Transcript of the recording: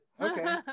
Okay